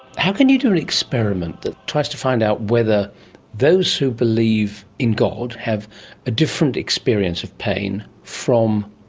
how can you do an experiment that tries to find out whether those who believe in god have a different experience of pain from,